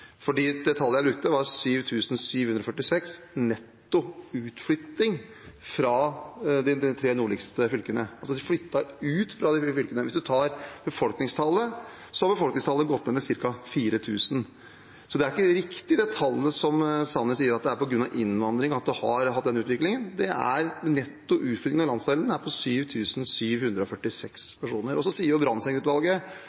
Det tallet jeg brukte, var 7 746 netto utflytting fra de tre nordligste fylkene, altså som har flyttet ut fra de tre nordligste fylkene. Befolkningstallet har gått ned med ca. 4 000. Så det er ikke riktig det som Jan Tore Sanner sier, at det er på grunn av innvandring at en har hatt denne utviklingen. Netto utflytting av landsdelen er på